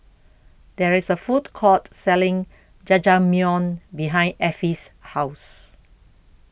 There IS A Food Court Selling Jajangmyeon behind Effie's House